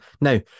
Now